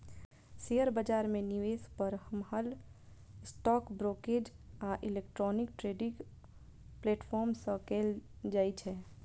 share बाजार मे निवेश बरमहल स्टॉक ब्रोकरेज आ इलेक्ट्रॉनिक ट्रेडिंग प्लेटफॉर्म सं कैल जाइ छै